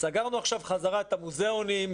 סגרנו עכשיו חזרה את המוזיאונים,